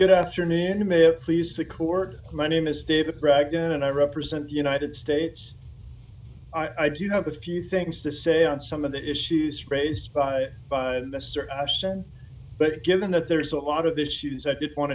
good afternoon you may have please the court my name is david bragg and i represent the united states i do have a few things to say on some of the issues raised by biden mr ashton but given that there is a lot of issues i did want